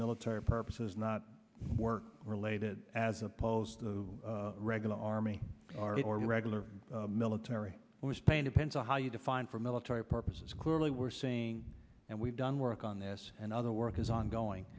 military purposes not work related as opposed to regular army are or regular military was painted pencil how you define for military purposes clearly we're seeing and we've done work on this and other work is ongoing